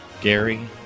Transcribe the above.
Gary